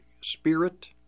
spirit